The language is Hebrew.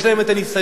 יש להם הניסיון,